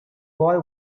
boy